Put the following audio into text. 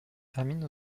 termine